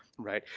right?